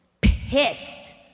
pissed